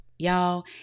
Y'all